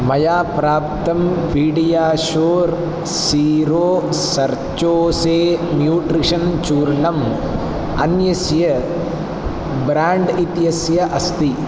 मया प्राप्तं PediaSure zero sucrose nutrition चूर्णम् अन्यस्य ब्राण्ड् इत्यस्य अस्ति